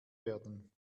werden